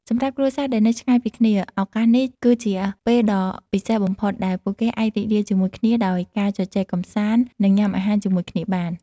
សមា្រប់គ្រួសារដែលនៅឆ្ងាយពីគ្នា ឱកាសនេះគឺជាពេលដ៏ពិសេសបំផុតដែលពួកគេអាចរីករាយជាមួយគ្នា ដោយការជជែកកំសាន្ត និងញ៉ាំអាហារជាមួយគ្នាបាន។